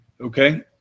Okay